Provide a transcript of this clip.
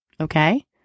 Okay